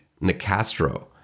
Nicastro